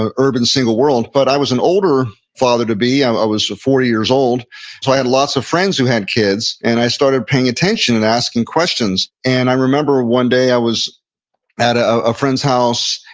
ah urban single world. but i was an older father to be. i i was forty years old, so i had lots of friends who had kids, and i started paying attention and asking questions. and i remember one day, i was at a friend's house,